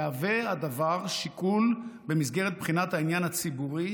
יהווה הדבר שיקול במסגרת בחינת העניין הציבורי